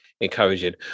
encouraging